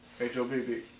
H-O-B-B